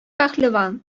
пәһлеван